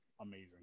amazing